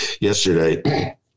yesterday